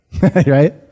right